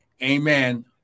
Amen